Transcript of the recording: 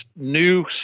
new